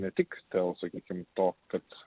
ne tik dėl sakykim to kad